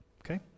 okay